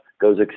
goes